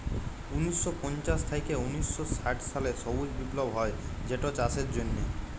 উনিশ শ পঞ্চাশ থ্যাইকে উনিশ শ ষাট সালে সবুজ বিপ্লব হ্যয় যেটচাষের জ্যনহে